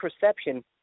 perception